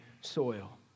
soil